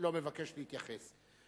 לא מבקש להתייחס.